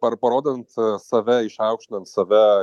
ar parodant save išaukštinant save